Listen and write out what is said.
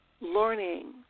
learning